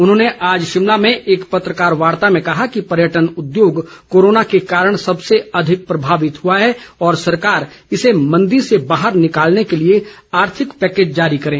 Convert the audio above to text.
उन्होंने आज शिमला में एक पत्रकार वार्ता में कहा कि पर्यटन उद्योग कोरोना के कारण सबसे अधिक प्रभावित हुआ है और सरकार इसे मंदी से बाहर निकालने के लिए आर्थिक पैकेज जारी करें